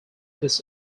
this